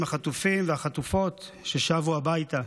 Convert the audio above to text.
החטופים והחטופות ששבו הביתה,